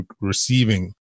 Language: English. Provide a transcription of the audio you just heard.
receiving